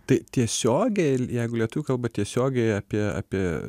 tai tiesiogiai jeigu lietuvių kalba tiesiogiai apie apie